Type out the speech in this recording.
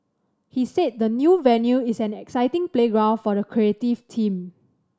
he said the new venue is an exciting playground for the creative team